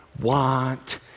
want